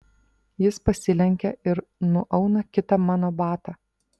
jis pasilenkia ir nuauna kitą mano batą